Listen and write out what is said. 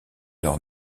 leurs